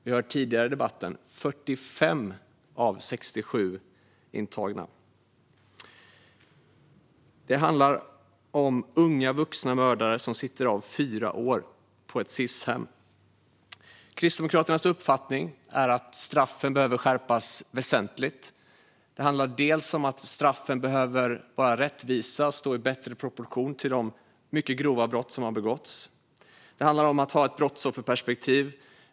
Vi har tidigare i debatten hört att det är 45 av 67 intagna. Det handlar om unga, vuxna mördare som sitter av fyra år på ett Sis-hem. Kristdemokraternas uppfattning är att straffen behöver skärpas väsentligt. Det handlar dels om att straffen behöver vara rättvisa och stå i bättre proportion till de mycket grova brott som har begåtts, dels om att ha ett brottsofferperspektiv.